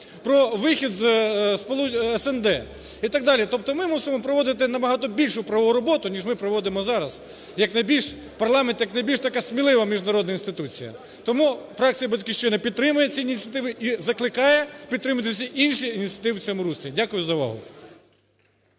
про вихід із СНД і так далі. Тобто ми мусимо проводити набагато більшу правову роботу, ніж ми проводимо зараз як найбільш... парламент як найбільш така смілива міжнародна інституція. Тому фракція "Батьківщина" підтримує ці ініціативи і закликає підтримати всі інші ініціативи в цьому руслі. Дякую за увагу.